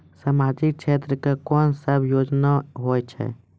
समाजिक क्षेत्र के कोन सब योजना होय छै?